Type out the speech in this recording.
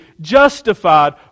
justified